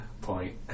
Point